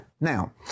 Now